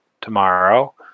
tomorrow